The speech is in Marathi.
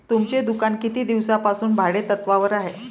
तुमचे दुकान किती दिवसांपासून भाडेतत्त्वावर आहे?